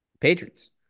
Patriots